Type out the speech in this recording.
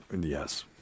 yes